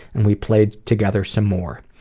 and we played together some more.